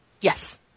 Yes